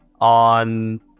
on